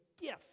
gift